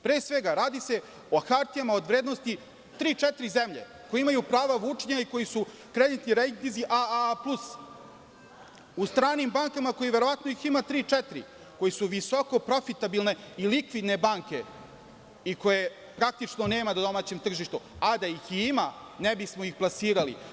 Pre svega, radi se o hartijama od vrednosti tri-četiri zemlje, koje imaju pravo vučnja, i koja su kreditni rejtinzi AA plus, u stranim bankama, verovatno ih ima tri-četiri, koje su visoko profitabilne i likvidne banke, i koje, praktično, nema na domaćem tržištu, a da ih i ima ne bismo ih plasirali.